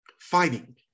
fighting